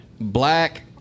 Black